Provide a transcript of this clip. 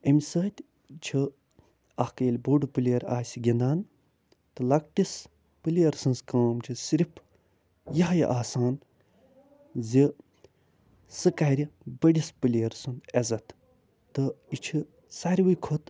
اَمہِ سۭتۍ چھُ اکھ ییٚہِ بوٚڑ پِلِیر آسہِ گِندان تہٕ لَکٹِس پِلیر سٔنز کٲم چھےٚ صرف یِہوے آسان زِ سُہ کرِ بٔڑِس پِلیر سُند عزت تہٕ یہِ چھُ ساروی کھۄتہ